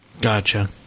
Gotcha